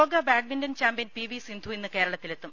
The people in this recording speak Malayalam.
ലോക badminton champion P V Sindhu ഇന്ന് കേരള ത്തിലെത്തും